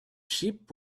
sheep